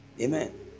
Amen